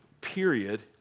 period